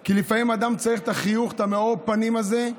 כי לפעמים אדם צריך את החיוך, את מאור הפנים הזה,